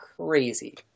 crazy